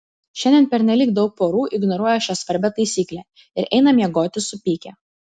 šiandien pernelyg daug porų ignoruoja šią svarbią taisyklę ir eina miegoti supykę